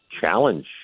challenge